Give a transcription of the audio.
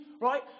right